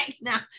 now